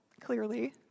clearly